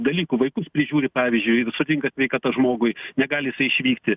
dalykų vaikus prižiūri pavyzdžiui ir sutrinka sveikata žmogui negali jisai išvykti